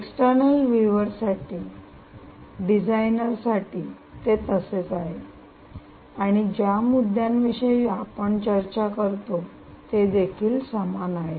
external reviewer साठी designer साठी ते तसेच आहे आणि ज्या मुद्द्यांविषयी आपण चर्चा करतो ते देखील समान आहेत